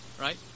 right